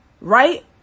right